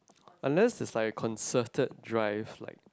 unless there's like a concerted drive like